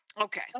Okay